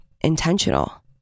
intentional